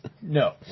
No